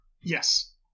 Yes